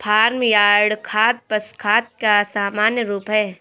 farm yard खाद पशु खाद का सामान्य रूप है